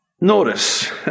notice